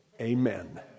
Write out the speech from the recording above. Amen